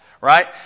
Right